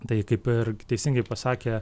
tai kaip ir teisingai pasakė